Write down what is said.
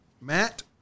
Matt